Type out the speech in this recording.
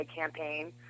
campaign